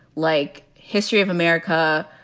like, history of america.